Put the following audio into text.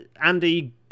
andy